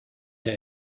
der